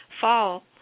fall